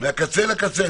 מהקצה אל הקצה.